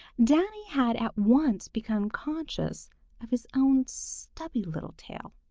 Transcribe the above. danny had at once become conscious of his own stubby little tail,